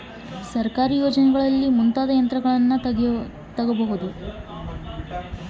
ಸರ್ಕಾರಿ ಯೋಜನೆಗಳಲ್ಲಿ ಯಾವ ಯಂತ್ರಗಳನ್ನ ತಗಬಹುದು?